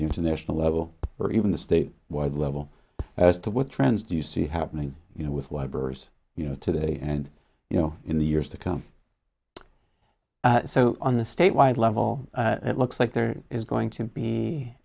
the national level or even the state wide level as to what trends do you see happening you know with weber's you know today and you know in the years to come so on the statewide level it looks like there is going to be